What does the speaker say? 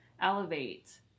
elevate